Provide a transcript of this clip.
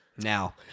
Now